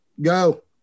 Go